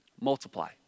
multiply